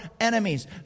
enemies